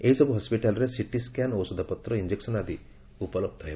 ଏହି ସବୁ ହସପିଟାଲରେ ସିଟିସ୍କାନ ଔଷଧପତ୍ର ଇଂଜେକସନ୍ ଆଦି ଉପଲବଧ ହେବ